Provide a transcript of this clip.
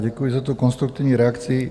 Děkuji za tu konstruktivní reakci.